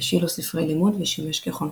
השאיל לו ספרי לימוד ושימש כחונכו,.